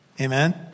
Amen